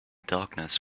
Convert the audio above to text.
darkness